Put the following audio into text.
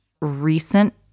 recent